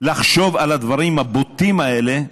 לחשוב על הדברים הבוטים האלה,